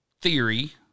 theory